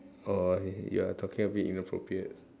oh you are talking a bit inappropriate